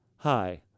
Hi